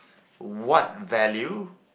what value